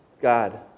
god